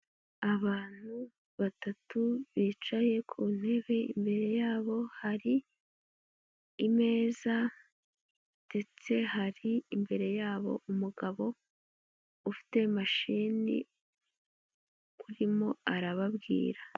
Abantu batatu bicaye ku ntebe, imbere yabo hari imeza ndetse hari imbere yabo umugabo ufite mashini urimo arababwira.